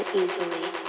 easily